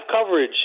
coverage